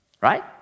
right